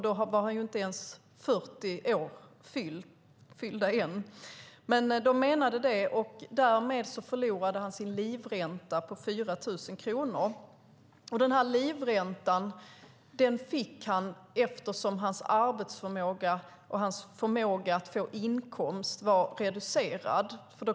Då var han inte ens 40 år fyllda. Men de menade detta, och därmed förlorade han sin livränta på 4 000 kronor. Livräntan fick han eftersom hans arbetsförmåga och hans förmåga att få inkomst var reducerad.